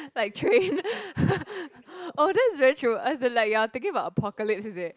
like train oh that's very true as in like you are thinking about apocalypse is it